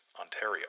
Ontario